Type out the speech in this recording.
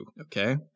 okay